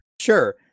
Sure